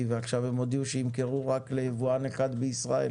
ועכשיו הם הודיעו שימכרו רק ליבואן אחד בישראל